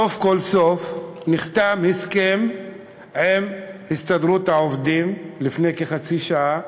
סוף כל סוף נחתם הסכם עם הסתדרות העובדים לפני כחצי שעה,